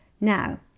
Now